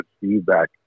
feedback